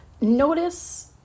Notice